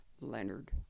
Leonard